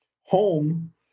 home